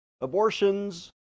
abortions